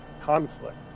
conflict